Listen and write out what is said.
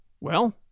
Well